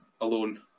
alone